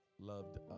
loved